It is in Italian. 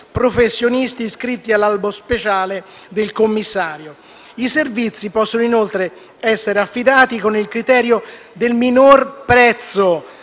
professionisti iscritti all'albo speciale del commissario. I servizi possono inoltre essere affidati con il criterio del minor prezzo